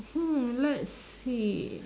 hmm let's see